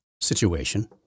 situation